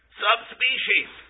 subspecies